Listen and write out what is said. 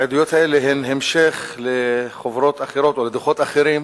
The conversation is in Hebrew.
האלה הן המשך לחוברות אחרות, או לדוחות אחרים,